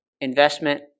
investment